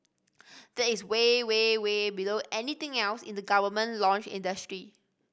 that is way way way below anything else in the government launch industry